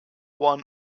won